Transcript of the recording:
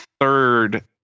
third